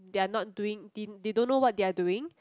they are not doing thing they don't know what they are doing